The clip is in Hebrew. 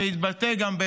שיתבטא גם,